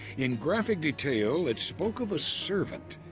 in graphic detail it spoke of a servant,